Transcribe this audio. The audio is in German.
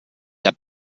der